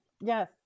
Yes